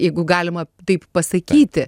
jeigu galima taip pasakyti